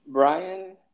Brian